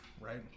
Right